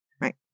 Right